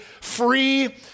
free